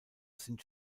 sind